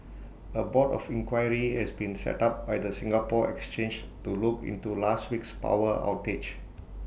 A board of inquiry has been set up by the Singapore exchange to look into last week's power outage